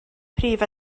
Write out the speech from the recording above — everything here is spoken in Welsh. prif